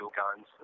guns